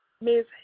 Miss